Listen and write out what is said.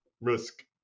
risk